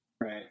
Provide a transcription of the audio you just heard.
right